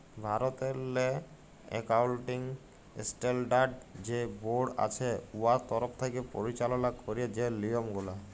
ভারতেরলে accounting standard যে board আছে উয়ার তরফ থ্যাকে পরিচাললা ক্যারে যে লিয়মগুলা